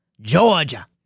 Georgia